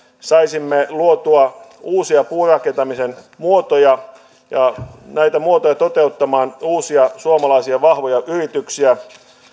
saisimme luotua uusia puurakentamisen muotoja ja näitä muotoja toteuttamaan uusia suomalaisia vahvoja yrityksiä